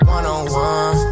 One-on-one